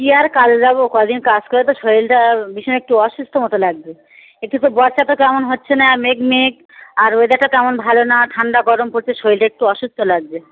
কী আর কাজে যাবো ক দিন কাজ করে তো শরিরটা ভীষণ একটু অসুস্থ মতো লাগছে একটু তো বর্ষা তো তেমন হচ্ছে না মেঘ মেঘ আর ওয়েদারটা তেমন ভালো না ঠান্ডা গরম পড়ছে শরিলটা একটু অসুস্থ লাগছে